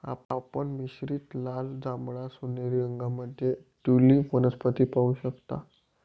आपण मिश्रित लाल, जांभळा, सोनेरी रंगांमध्ये ट्यूलिप वनस्पती पाहू शकता